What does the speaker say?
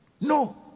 No